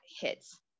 hits